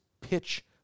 pitch